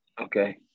Okay